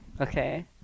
Okay